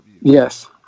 Yes